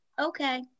Okay